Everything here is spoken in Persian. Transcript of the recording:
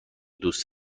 دوست